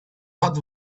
what